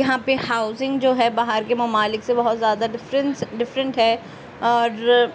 یہاں پہ ہاؤسنگ جو ہے باہر کے ممالک سے بہت زہادہ ڈفرینس ڈفرینٹ ہے اور